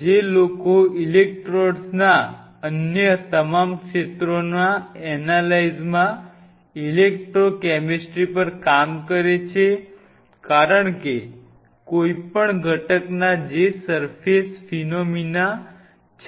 જે લોકો ઇલેક્ટ્રોડ્સના અન્ય તમામ ક્ષેત્રોના એનેલાઈઝમાં ઇલેક્ટ્રોકેમિસ્ટ્રી પર કામ કરે છે કારણ કે કોઈપણ ઘટના જે સર્ફેસ ફિનોમીના છે